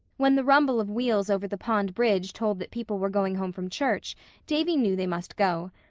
when the rumble of wheels over the pond bridge told that people were going home from church davy knew they must go.